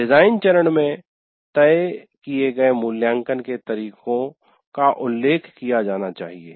design चरण में तय किए गए मूल्यांकन के तरीके का उल्लेख किया जाना चाहिए